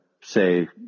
say